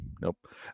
Nope